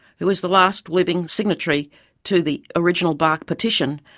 who is the last living signatory to the original bark petition,